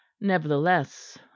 Nevertheless